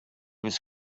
was